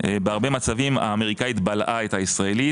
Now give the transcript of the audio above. בהרבה מצבים האמריקאית בלעה את הישראלית